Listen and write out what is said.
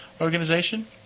organization